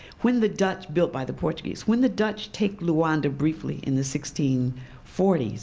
when the dutch built by the portuguese when the dutch take luanda briefly in the sixteen forty s,